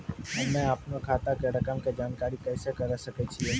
हम्मे अपनो खाता के रकम के जानकारी कैसे करे सकय छियै?